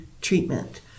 treatment